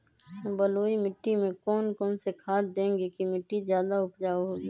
बलुई मिट्टी में कौन कौन से खाद देगें की मिट्टी ज्यादा उपजाऊ होगी?